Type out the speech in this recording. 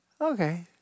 Okay